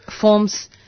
forms –